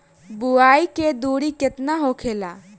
बुआई के दूरी केतना होखेला?